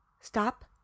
Stop